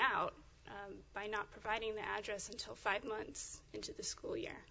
out by not providing the address until five months into the school year